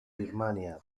birmania